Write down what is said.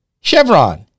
Chevron